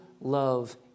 love